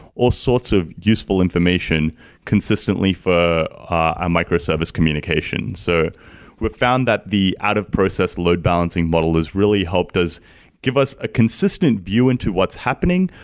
all sorts of useful information consistently for a microservice communication. so we've found that the out of process load balancing model has really helped us give us a consistent view into what's happening,